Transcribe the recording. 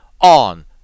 on